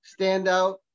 standout